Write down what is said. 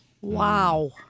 Wow